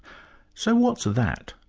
so what's that,